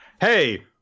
Hey